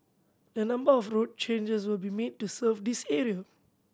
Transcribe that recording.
a number of road changes will be made to serve this area